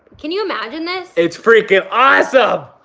can you imagine this? it's freaking awesome.